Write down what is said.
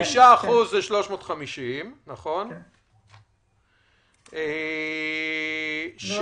5% מהם זה 350. לא,